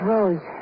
Rose